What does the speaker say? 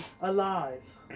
alive